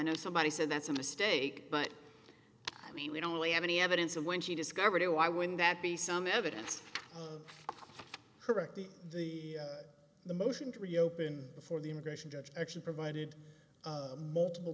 know somebody said that's a mistake but i mean we don't really have any evidence and when she discovered it why wouldn't that be some evidence corrected the the motion to reopen before the immigration judge actually provided multiple